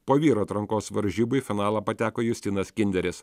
po vyrų atrankos varžybų į finalą pateko justinas kinderis